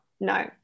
No